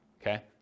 okay